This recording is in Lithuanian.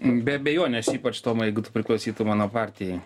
be abejonės ypač tomai jeigu tu priklausytum mano partijai